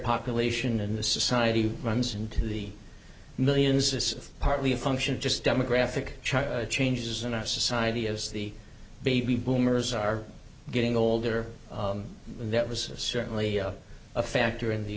population in the society runs into the millions is partly a function just demographic changes in our society as the baby boomers are getting older and that was certainly a factor in the